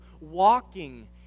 walking